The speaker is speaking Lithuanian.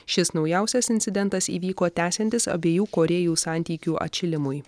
šis naujausias incidentas įvyko tęsiantis abiejų korėjų santykių atšilimui